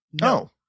No